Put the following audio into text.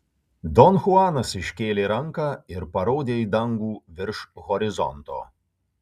don chuanas iškėlė ranką ir parodė į dangų virš horizonto